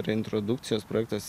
reintrodukcijos projektas